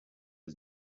was